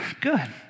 Good